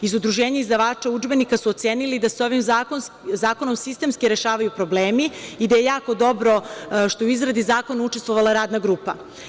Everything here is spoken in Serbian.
Iz Udruženja izdavača udžbenika su ocenili da se ovim zakonom sistemski rešavaju problemi i da je jako dobro što je u izradi zakona učestvovala Radna grupa.